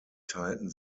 teilten